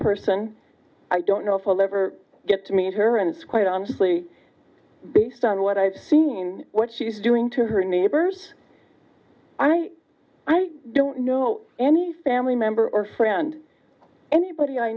person i don't know if i'll ever get to meet her and it's quite honestly based on what i've seen what she's doing to her neighbors i i don't know any family member or friend anybody i